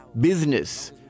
Business